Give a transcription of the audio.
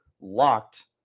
LOCKED